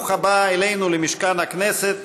וברוך הבא אלינו למשכן הכנסת,